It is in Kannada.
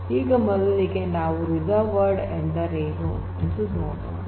ಈಗ ಮೊದಲಿಗೆ ನಾವು ರಿಸರ್ವ್ಡ್ ವರ್ಡ್ ಎಂದರೇನು ಎಂದು ನೋಡೋಣ